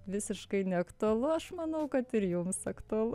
visiškai neaktualu aš manau kad ir jums aktualu